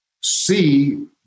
see